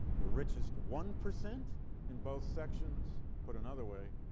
the richest one percent in both sections, put another way,